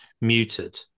muted